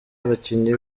abakinnyi